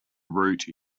route